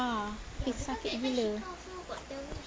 ya